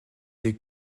des